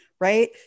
right